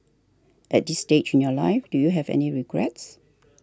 at this stage in your life do you have any regrets